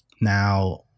Now